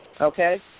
Okay